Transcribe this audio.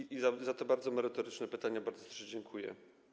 Tak więc za to bardzo merytoryczne pytanie bardzo dziękuję.